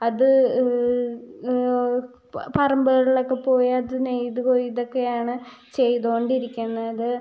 അത് പറമ്പുകളിലൊക്കെ പോയത് നെയ്ത് കൊയ്തൊക്കെയാണ് ചെയ്ത് കൊണ്ടിരിക്കുന്നത്